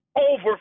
over